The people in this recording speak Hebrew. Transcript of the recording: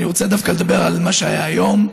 אני רוצה דווקא לדבר על מה שהיה היום.